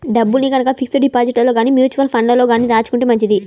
డబ్బుల్ని గనక ఫిక్స్డ్ డిపాజిట్లలో గానీ, మ్యూచువల్ ఫండ్లలో గానీ దాచుకుంటే మంచిది